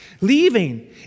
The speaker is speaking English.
Leaving